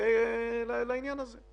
לעניין הזה.